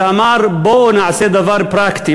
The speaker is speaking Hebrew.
ואמר: בואו נעשה דבר פרקטי,